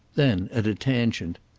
then at a tangent,